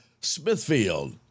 Smithfield